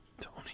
Tony